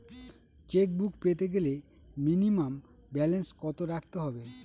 Chequebook পেতে গেলে minimum balance কত রাখতে হবে?